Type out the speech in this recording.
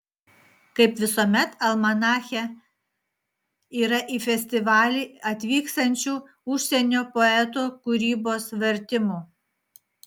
kaip visuomet almanache yra į festivalį atvyksiančių užsienio poetų kūrybos vertimų